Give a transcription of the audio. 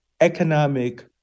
economic